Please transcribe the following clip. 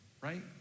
right